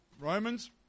Romans